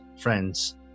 friends